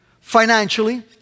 financially